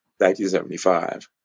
1975